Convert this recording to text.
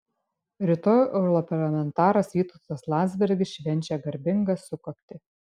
rytoj europarlamentaras vytautas landsbergis švenčia garbingą sukaktį